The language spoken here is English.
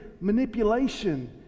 manipulation